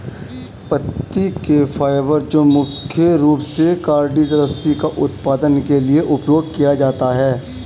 पत्ती के फाइबर जो मुख्य रूप से कॉर्डेज रस्सी का उत्पादन के लिए उपयोग किए जाते हैं